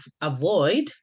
avoid